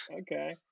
Okay